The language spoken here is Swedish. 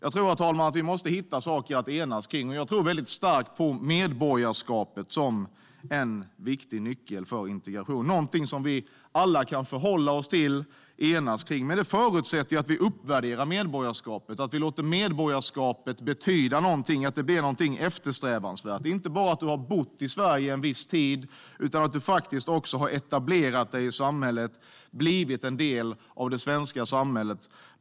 Jag tror, herr talman, att vi måste hitta saker att enas kring, och jag tror mycket starkt på medborgarskapet som en viktig nyckel för integration, något som vi alla kan förhålla oss till och enas kring. Men det förutsätter att vi uppvärderar medborgarskapet, att vi låter medborgarskapet betyda något, att det blir något eftersträvansvärt - inte bara att du har bott i Sverige en viss tid utan att du också har etablerat dig i samhället, blivit en del av det svenska samhället.